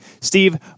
Steve